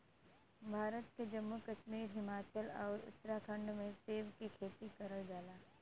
भारत के जम्मू कश्मीर, हिमाचल आउर उत्तराखंड में सेब के खेती करल जाला